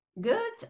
good